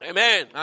Amen